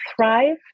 thrive